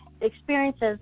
experiences